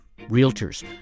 Realtors